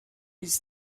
his